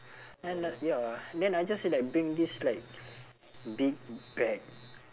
and like ya then I just like bring this like big bag